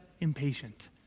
impatient